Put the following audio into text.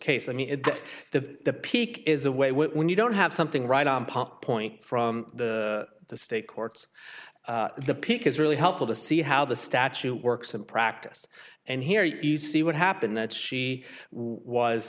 case i mean it's the peak is a way when you don't have something right on pop point from the state courts the pick is really helpful to see how the statute works in practice and here you see what happened that she was